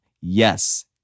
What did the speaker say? Yes